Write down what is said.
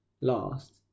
last